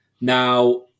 Now